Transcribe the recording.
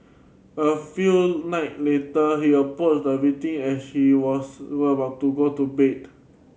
a few night later he approached the victim as she was was about to go to bed